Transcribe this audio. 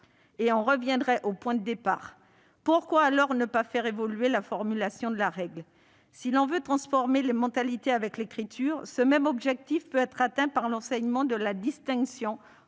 fait revenir au point de départ ! Pourquoi, dès lors, ne pas faire évoluer la formulation de la règle ? Si l'on veut transformer les mentalités avec l'écriture, ce même objectif peut être atteint par l'enseignement de la distinction entre